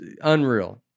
unreal